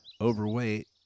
overweight